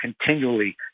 continually